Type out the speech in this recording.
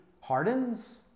hardens